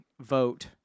vote